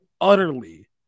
utterly